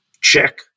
check